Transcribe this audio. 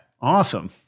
awesome